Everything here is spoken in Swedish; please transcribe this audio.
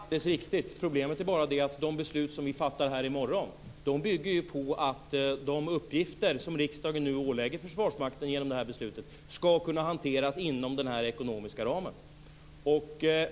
Fru talman! Det är alldeles riktigt. Problemet är bara det att det beslut som vi fattar här i morgon bygger på att de uppgifter som riksdagen nu ålägger Försvarsmakten genom det här beslutet ska kunna hanteras inom den här ekonomiska ramen.